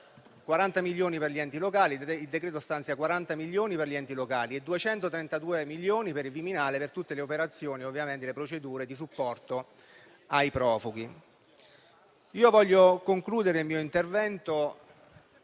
40 milioni per gli enti locali e 232 milioni per il Viminale, per tutte le operazioni e le procedure di supporto ai profughi. Vorrei concludere il mio intervento